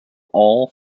all